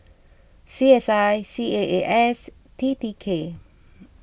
C S I C A A S T T K